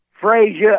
Frazier